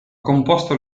composto